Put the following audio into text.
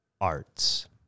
arts